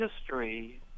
history